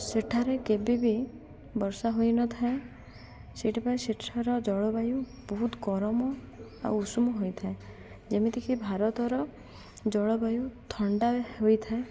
ସେଠାରେ କେବେ ବିି ବର୍ଷା ହୋଇନଥାଏ ସେଥିପାଇଁ ସେଠାର ଜଳବାୟୁ ବହୁତ ଗରମ ଆଉ ଉଷୁମ ହୋଇଥାଏ ଯେମିତିକି ଭାରତର ଜଳବାୟୁ ଥଣ୍ଡା ହୋଇଥାଏ